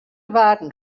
waarden